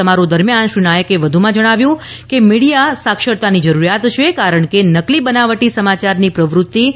સમારોહ દરમિયાન શ્રી નાયકે વધુમાં એમ પણ જણાવ્યું કે મીડિયા સાક્ષરતાની જરૂરિયાત છે કારણ કે નકલી બનાવટી સમાચારની પ્રવૃતિ વધી રહી છે